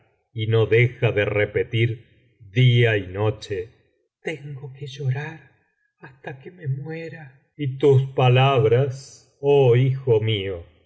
y no deja de repetir día y noche tengo que llorar hasta que me muera y tus palabras oh hijo mío